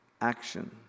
action